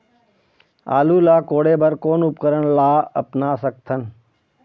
आलू ला कोड़े बर कोन उपकरण ला अपना सकथन?